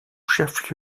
chef